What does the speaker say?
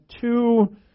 two